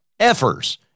effers